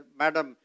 madam